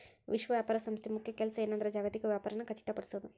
ವಿಶ್ವ ವ್ಯಾಪಾರ ಸಂಸ್ಥೆ ಮುಖ್ಯ ಕೆಲ್ಸ ಏನಂದ್ರ ಜಾಗತಿಕ ವ್ಯಾಪಾರನ ಖಚಿತಪಡಿಸೋದ್